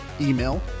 email